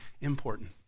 important